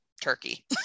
Turkey